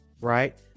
right